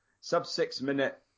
sub-six-minute